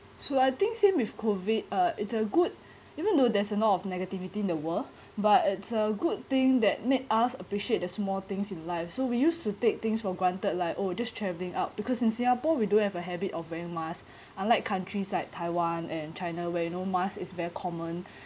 so I think same with COVID uh it's a good even though there's a lot of negativity in the world but it's a good thing that made us appreciate the small things in life so we used to take things for granted like oh just travelling out because in Singapore we don't have a habit of wearing masks unlike countries like Taiwan and China where you know mask is very common